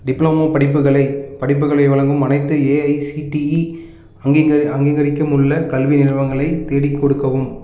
diploma படிப்புகளை படிப்புகளை வழங்கும் அனைத்து ஏஐசிடிஇ அங்கீகாரமுள்ள கல்வி நிறுவனங்களையும் தேடிக் கொடுக்கவும்